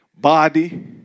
body